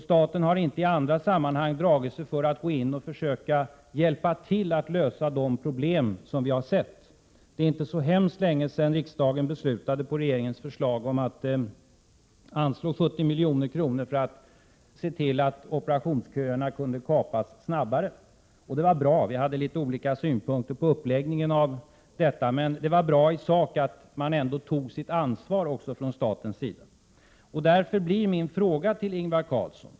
Staten har inte i andra sammanhang dragit sig för att gå in och försöka hjälpa till att lösa de problem vi har uppmärksammat. Det är inte så länge sedan riksdagen på regeringens förslag beslutade om att anslå 70 milj.kr. för att snabbare kapa operationsköerna. Vi hade litet olika synpunkter på uppläggningen, men det var bra att staten ändå tog sitt ansvar. Ingvar Carlsson!